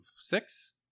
six